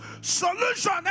solution